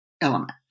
element